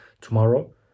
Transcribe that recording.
tomorrow